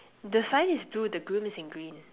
the sign is blue the groom is in green